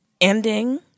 ending